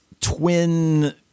twin